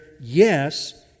yes